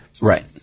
right